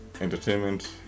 entertainment